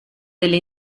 delle